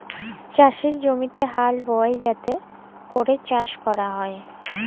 চাষের জমিতে হাল বহাল যাতে ক্যরে চাষ ক্যরা হ্যয়